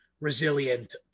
resilient